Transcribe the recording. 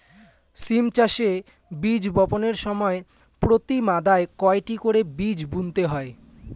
সিম চাষে বীজ বপনের সময় প্রতি মাদায় কয়টি করে বীজ বুনতে হয়?